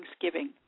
Thanksgiving